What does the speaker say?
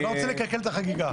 אתה לא רוצה לקלקל את החגיגה.